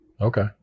Okay